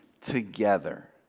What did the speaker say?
together